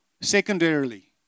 secondarily